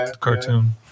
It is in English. cartoon